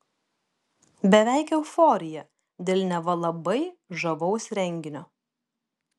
beveik euforija dėl neva labai žavaus renginio